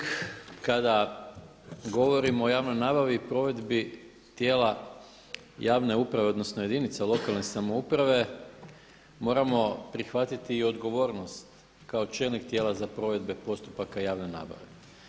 Gospodine Hrg, kada govorimo o javnoj nabavi i provedbi tijela javne uprave, odnosno jedinice lokalne samouprave moramo prihvatiti i odgovornost kao čelnik tijela za provedbe postupaka javne nabave.